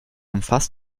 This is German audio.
umfasst